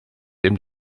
dem